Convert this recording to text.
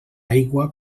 aigua